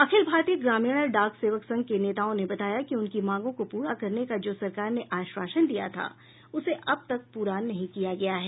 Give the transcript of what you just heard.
अखिल भारतीय ग्रामीण डाक सेवक संघ के नेताओं ने बताया कि उनकी मांगों को पूरा करने का जो सरकार ने आश्वासन दिया था उसे अब तक पूरा नहीं किया गया है